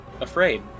afraid